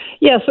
Yes